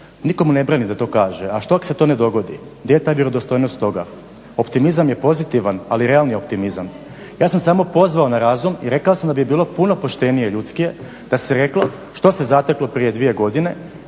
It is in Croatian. nitko mu ne brani da to kaže, a što ako se to ne dogodi? Gdje je ta vjerodostojnost toga? Optimizam je pozitivan, ali realni optimizam. Ja sam samo pozvao na razum i rekao sam da bi bilo puno poštenije i ljudskije da se reklo što se zateklo prije dvije godine,